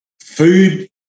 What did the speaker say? food